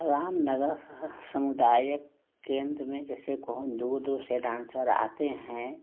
रामनगर समुदायक केंद्र में जैसे कौन दूर दूर से डांसर आते हैं